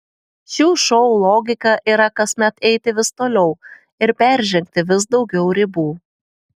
šių šou logika yra kasmet eiti vis toliau ir peržengti vis daugiau ribų